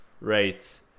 right